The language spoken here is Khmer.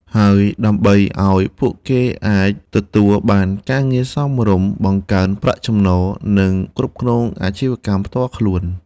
ហើយដើម្បីឱ្យពួកគេអាចទទួលបានការងារសមរម្យ បង្កើនប្រាក់ចំណូល និងគ្រប់គ្រងអាជីវកម្មផ្ទាល់ខ្លួន។